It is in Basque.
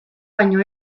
baino